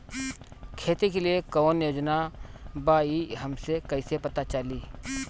खेती के लिए कौने योजना बा ई हमके कईसे पता चली?